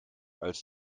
als